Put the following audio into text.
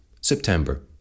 September